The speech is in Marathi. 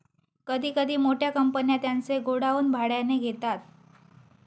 कधी कधी मोठ्या कंपन्या त्यांचे गोडाऊन भाड्याने घेतात